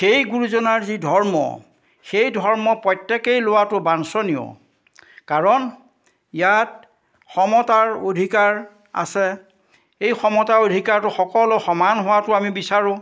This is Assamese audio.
সেই গুৰুজনাৰ যি ধৰ্ম সেই ধৰ্ম প্ৰত্যেকেই লোৱাটো বাঞ্চনীয় কাৰণ ইয়াত সমতাৰ অধিকাৰ আছে এই সমতাৰ অধিকাৰটো সকলো সমান হোৱাটো আমি বিচাৰোঁ